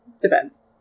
depends